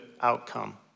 outcome